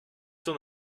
t’en